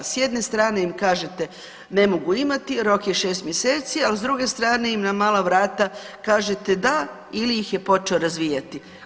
S jedne strane im kažete ne mogu imati, rok je 6 mjeseci, ali s druge strane im na mala vrata kažete da, ili ih je počeo razvijati.